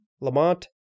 Lamont